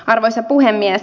arvoisa puhemies